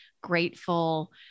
grateful